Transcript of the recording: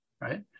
right